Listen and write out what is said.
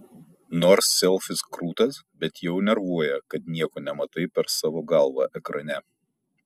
nors selfis krūtas bet jau nervuoja kad nieko nematai per savo galvą ekrane